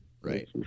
Right